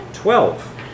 twelve